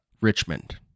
Richmond